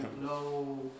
no